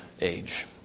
age